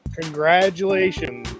congratulations